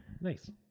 nice